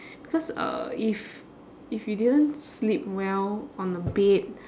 because uh if if you didn't sleep well on the bed